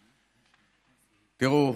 תראו,